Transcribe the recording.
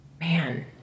Man